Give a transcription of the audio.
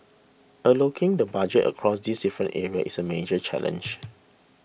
allocating the budget across these different areas is a major challenge